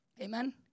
Amen